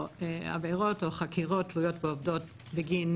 עבירות או חקירות תלויות ועומדות בגין